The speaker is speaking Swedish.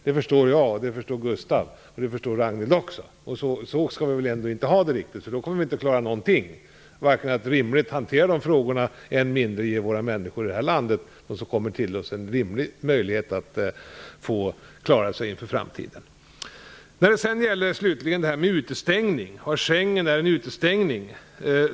Det förstår jag, det förstår Gustaf von Essen och också Ragnhild Pohanka. Så skall vi väl inte ha det, för då kommer vi inte att klara någonting. Vi kommer inte att kunna hantera asylfrågorna, än mindre att ge de människor som kommer till oss en rimlig möjlighet att klara sig inför framtiden. Slutligen talades det om utestängning, att Schengenavtalet skulle innebära en utestängning.